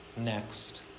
Next